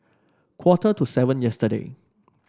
quarter to seven yesterday